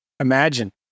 Imagine